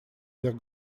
всех